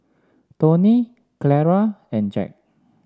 Tony Clara and Jack